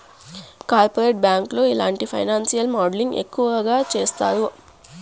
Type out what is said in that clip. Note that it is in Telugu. కార్పొరేట్ బ్యాంకులు ఇలాంటి ఫైనాన్సియల్ మోడలింగ్ ఎక్కువ చేత్తాయి